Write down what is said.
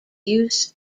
use